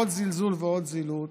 עוד זלזול ועוד זילות.